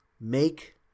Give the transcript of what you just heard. Make